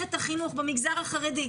במערכת החינוך במגזר החרדי.